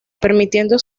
permitiendo